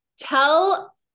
Tell